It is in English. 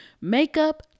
makeup